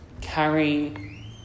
carry